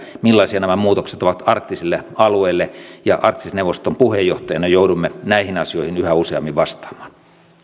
millaisia nämä muutokset ovat arktisille alueille ja arktisen neuvoston puheenjohtajana joudumme näihin asioihin yhä useammin vastaamaan